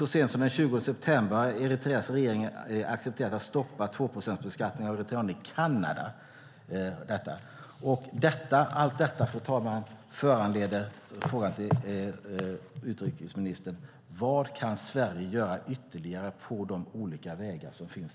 Så sent som den 20 september hade Eritreas regering accepterat att stoppa tvåprocentsbeskattningen av eritreaner i Kanada. Allt detta, fru talman, föranleder frågan till utrikesministern: Vad kan Sverige göra ytterligare på de olika vägar som finns?